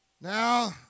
Now